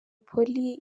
polly